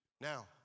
Now